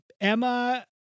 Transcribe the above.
Emma